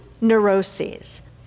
neuroses